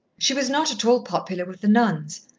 she was not at all popular with the nuns.